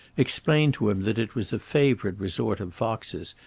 explained to him that it was a favourite resort of foxes,